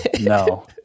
No